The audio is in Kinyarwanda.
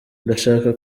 ndashaka